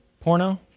porno